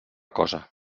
cosa